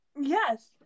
Yes